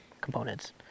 components